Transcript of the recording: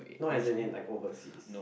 no as in like overseas